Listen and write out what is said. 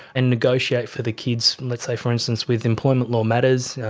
and negotiate for the kids, let's say for instance with employment law matters.